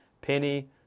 Penny